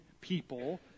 people